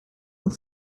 und